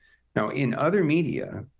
now in other media,